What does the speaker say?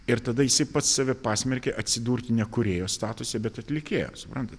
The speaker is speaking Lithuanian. ir tada jisai pats save pasmerkia atsidurti ne kūrėjo statuse bet atlikėjo suprantat